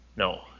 No